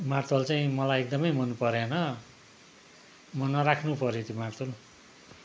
मार्तोल चाहिँ मलाई एकदमै मनपरेन म नराख्नु पऱ्यो त्यो मार्तोल